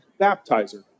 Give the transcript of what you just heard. baptizer